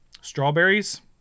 strawberries